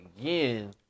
again